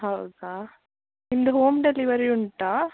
ಹೌದ ನಿಮ್ಮದು home delivery ಉಂಟಾ